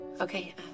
Okay